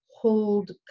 hold